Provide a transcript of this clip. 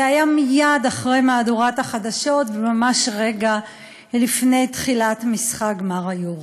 זה היה מייד אחרי מהדורת החדשות וממש רגע לפני תחילת משחק גמר ה"יורו".